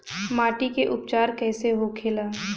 माटी के उपचार कैसे होखे ला?